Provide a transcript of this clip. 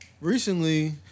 recently